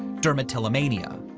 dermatillomania.